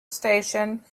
station